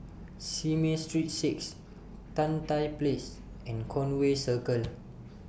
Simei Street six Tan Tye Place and Conway Circle